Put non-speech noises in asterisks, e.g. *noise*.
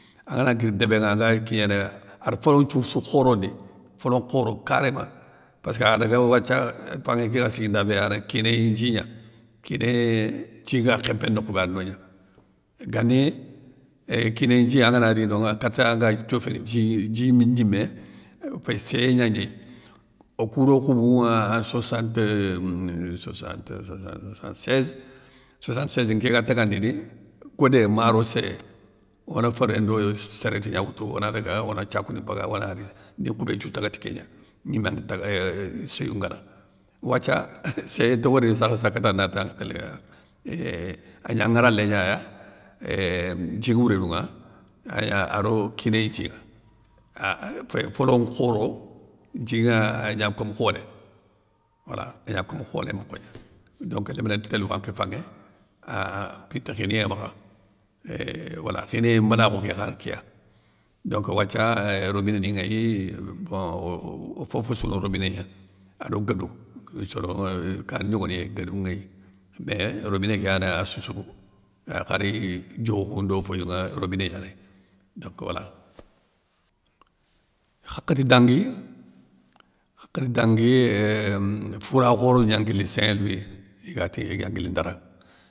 An ngana guir débé nŋa anga kignéné ar folo nthioussou, folo nkhoro karéma, pésskeu a daga wathia fanŋé ké ga siguinda bé ana kinéyi ndji gna, kinéyé djin nga khémpéné nokhou bé ana no gna. Gani éuuh kinéyi ndji angana ri nonŋa kata nga dioféné dji, djignimé, pésskeu séyé gnagnéy, okou ro khoubou nŋa en soixante *hesitation* soixante seize, soixante seize nké ga tagandini, godé ma ro séyé, ona féré ndo sérétti gna woutou ona daga ona thiakou ki mpaga ona ri ni nkhoubé nthiou taga ti kégna, gnimande taga éuuhhh, séyou ngana. Wathia ééuhh séyé nta wori sakh sakati na tanŋa télé éuuhhh agna ŋaralé gnaya, éuuuh dji nŋ a wourédou ŋa agna aro kinéy djin ŋa, a féy folo nkhoro. djinŋa agna kom kholé, wala agna kom kholé mokho gna donc léminé nti tél wankhi fanŋé, ah an mpinta khignéyé makha euuhh wala, khigniyé mbalakhou kékhane kéya, donc wathia, robiné ni ŋéy, bon ofofossou na robiné gna, ado guédou soronŋa kani yogoni ya guédou ŋéy, mé robiné ké yani assoussou gobo, a khari diokhou ndo féyou nŋa, robiné gnanéy donc wala. Hakhati dangui, hakhati dangui éuuhh foura khoro gnan nguili saint louis iga ti iga guili ndara.